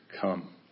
come